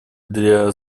для